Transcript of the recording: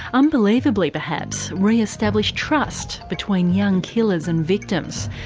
unbelievably perhaps, re-establish trust between young killers and victims.